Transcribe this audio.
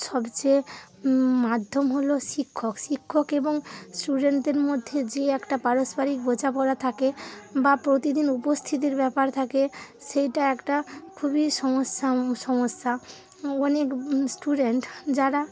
সবচেয়ে মাধ্যম হলো শিক্ষক শিক্ষক এবং স্টুডেন্টদের মধ্যে যে একটা পারস্পরিক বোঝাপড়া থাকে বা প্রতিদিন উপস্থিতির ব্যাপার থাকে সেইটা একটা খুবই সমস্যা সমস্যা অনেক স্টুডেন্ট যারা